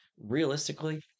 Realistically